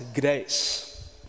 grace